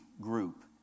group